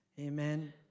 amen